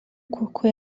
koko